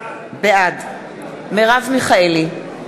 בעד מרב מיכאלי,